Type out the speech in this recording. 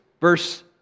verse